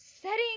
Setting